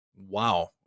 wow